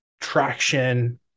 traction